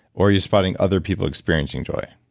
or you're spotting other people experiencing joy